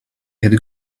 had